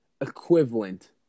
Equivalent